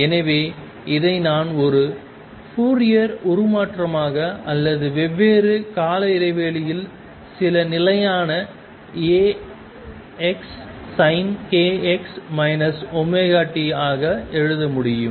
எனவே இதை நான் ஒரு ஃபோரியர் உருமாற்றமாக அல்லது வெவ்வேறு கால இடைவெளியில் சில நிலையான AkSinkx ωt ஆக எழுத முடியும்